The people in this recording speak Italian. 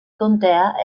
contea